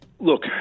Look